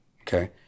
okay